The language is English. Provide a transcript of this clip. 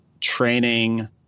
training